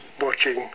watching